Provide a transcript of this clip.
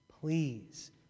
please